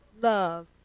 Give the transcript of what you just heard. love